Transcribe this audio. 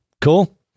Cool